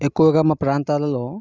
ఎక్కువగా మా ప్రాంతాలలో